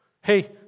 Hey